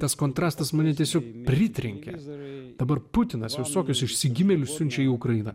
tas kontrastas mane tiesiog pritrenkia zarai dabar putinas visokius išsigimėlius siunčia į ukrainą